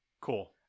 Cool